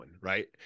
Right